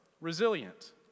resilient